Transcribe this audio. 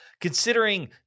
considering